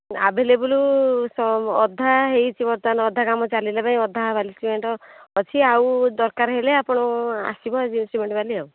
available ଅଧା ହୋଇଛି ବର୍ତ୍ତମାନ ଅଧା କାମ ଚାଲିଲେ ବି ଅଧା ବାଲି ସିମେଣ୍ଟ୍ ଅଛି ଆଉ ଦରକାର ହେଲେ ଆପଣ ଆସିବ ଆଜି ସିମେଣ୍ଟ୍ ବାଲି ଆଉ